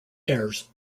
heirs